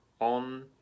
on